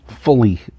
fully